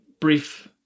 brief